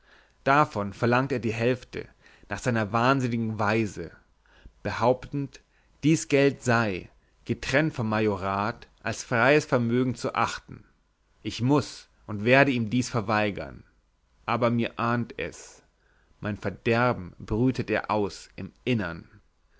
davon verlangt er die hälfte nach seiner wahnsinnigen weise behauptend dies geld sei getrennt vom majorat als freies vermögen zu achten ich muß und werde ihm dies verweigern aber mir ahnt es mein verderben brütet er aus im innern